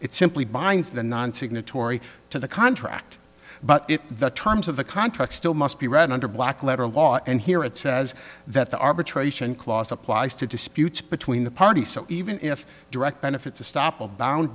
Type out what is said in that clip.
it simply binds the non signatory to the contract but if the terms of the contract still must be read under black letter law and here it says that the arbitration clause applies to disputes between the parties so even if direct benefit to stop a bound